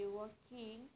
working